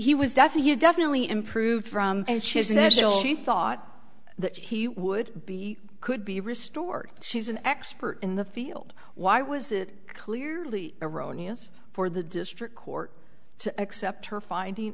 he was definitely definitely improved from his initial she thought that he would be could be restored she's an expert in the field why was it clearly erroneous for the district court to accept her finding